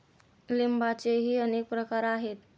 लिंबाचेही अनेक प्रकार आहेत